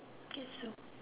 guess so